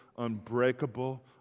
unbreakable